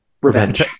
revenge